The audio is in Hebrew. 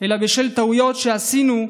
אלא בשל טעויות שעשינו,